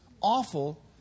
awful